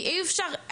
כי אי אפשר,